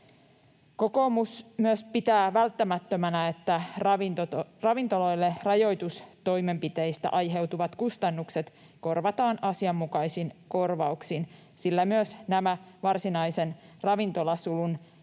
Kokoomus myös pitää välttämättömänä, että ravintoloille rajoitustoimenpiteistä aiheutuvat kustannukset korvataan asianmukaisin korvauksin, sillä myös nämä varsinaisen ravintolasulun